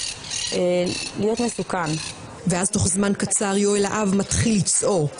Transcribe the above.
אנחנו יודעים שעד שנת 2015 משרד הבריאות היה אחראי לספק